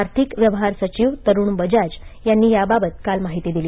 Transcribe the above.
आर्थिक व्यवहार सचिव तरुण बजाज यांनी याबाबत काल माहिती दिली